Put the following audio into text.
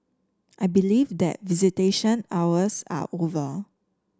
I believe that visitation hours are over